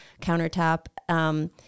countertop